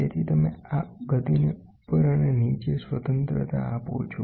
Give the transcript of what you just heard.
તેથી તમે આ ગતિને ઉપર અને નીચે સ્વતંત્રતા આપો છો